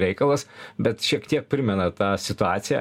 reikalas bet šiek tiek primena tą situaciją